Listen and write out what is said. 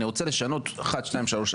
אני רוצה לשנות כך וכך,